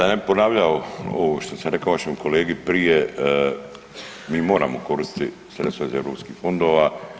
Da ne bih ponavljao ovo što sam rekao vašem kolegi prije mi moramo koristiti sredstva iz EU fondova.